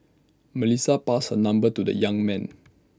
Melissa passed her number to the young man